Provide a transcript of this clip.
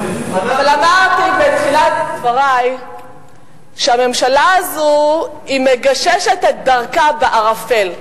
אמרתי בתחילת דברי שהממשלה הזאת מגששת את דרכה בערפל.